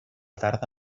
tarda